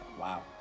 Wow